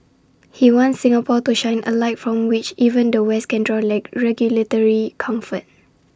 he wants Singapore to shine A light from which even the west can draw leg regulatory comfort